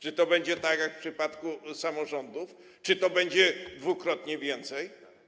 Czy to będzie tak jak w przypadku samorządów, czy to będzie dwukrotnie więcej?